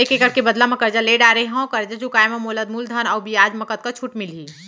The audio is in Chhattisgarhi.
एक एक्कड़ के बदला म करजा ले डारे हव, करजा चुकाए म मोला मूलधन अऊ बियाज म कतका छूट मिलही?